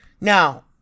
Now